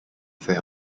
their